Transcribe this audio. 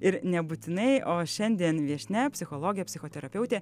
ir nebūtinai o šiandien viešnia psichologė psichoterapeutė